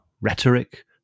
rhetoric